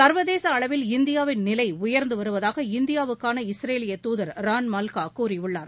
சர்வதேசஅளவில் இந்தியாவின் நிலைஉயர்ந்துவருவதாக இந்தியாவுக்கான இஸ்ரேலியதூதர் ரான் மால்காகூறியுள்ளார்